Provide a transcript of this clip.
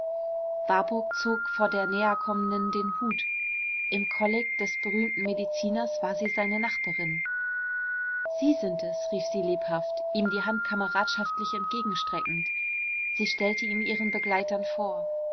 warburg zog vor der näherkommenden den hut im kolleg des berühmten mediziners war sie seine nachbarin sie sind es rief sie lebhaft ihm die hand kameradschaftlich entgegenstreckend sie stellte ihn ihren begleitern vor